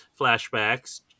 flashbacks